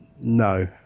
No